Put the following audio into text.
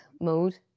mode